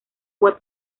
web